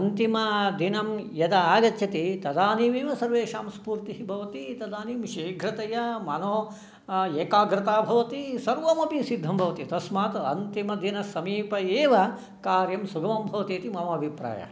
अन्तिमदिनं यदा आगच्छति तदानीमेव सर्वेषां स्फूर्तिः भवति तदानीं शीघ्रतया मनः एकाग्रता भवति सर्वमपि सिद्धं भवति तस्मात् अन्तिमदिनसमीपे एव कार्यं सुगमं भवति इति मम अभिप्रायः